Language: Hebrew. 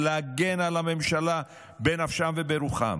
להגן על המדינה בנפשם וברוחם.